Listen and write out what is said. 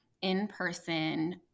in-person